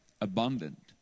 abundant